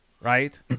Right